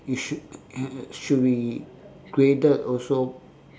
it should should be graded also